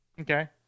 Okay